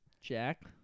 Jack